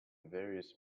various